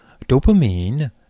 Dopamine